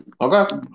Okay